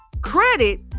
Credit